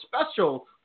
special